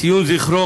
ציון זכרו,